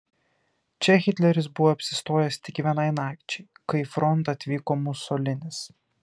čia hitleris buvo apsistojęs tik vienai nakčiai kai į frontą atvyko musolinis